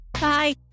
Bye